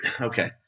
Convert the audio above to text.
okay